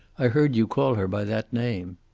i heard you call her by that name.